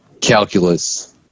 calculus